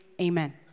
amen